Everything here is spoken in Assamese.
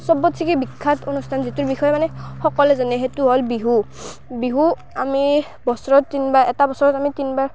চবতচে কি বিখ্যাত অনুষ্ঠান যিটোৰ বিষয়ে মানে সকলোৱে জানে সেইটো হ'ল বিহু বিহু আমি বছৰত তিনিবাৰ এটা বছৰত আমি তিনিবাৰ